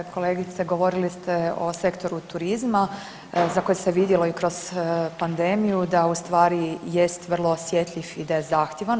Kolegice govorili ste o sektoru turizma za koji se vidjelo i kroz pandemiju da u ustvari jest vrlo osjetljiv i da je zahtjevan.